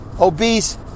obese